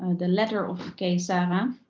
the letter of kay sara